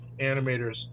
animators